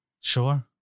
Sure